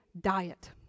diet